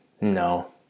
no